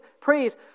praise